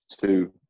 two